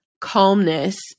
calmness